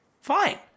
fine